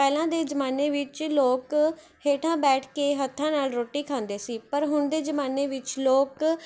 ਪਹਿਲਾਂ ਦੇ ਜ਼ਮਾਨੇ ਵਿੱਚ ਲੋਕ ਹੇਠਾਂ ਬੈਠ ਕੇ ਹੱਥਾਂ ਨਾਲ਼ ਰੋਟੀ ਖਾਂਦੇ ਸੀ ਪਰ ਹੁਣ ਦੇ ਜ਼ਮਾਨੇ ਵਿੱਚ ਲੋਕ